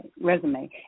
resume